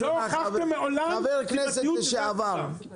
חבר הכנסת לשעבר,